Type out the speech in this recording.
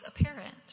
apparent